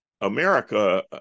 America